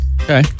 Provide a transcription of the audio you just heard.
Okay